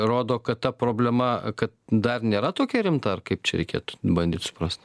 rodo kad ta problema kad dar nėra tokia rimta ar kaip čia reikėtų bandyt suprast